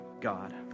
God